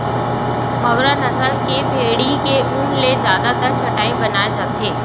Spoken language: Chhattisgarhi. मगरा नसल के भेड़ी के ऊन ले जादातर चटाई बनाए जाथे